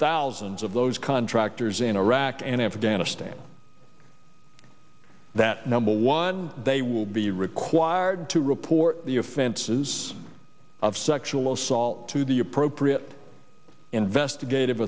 thousands of those contractors in iraq and afghanistan that number one they will be required to report the offenses of sexual assault to the appropriate investigative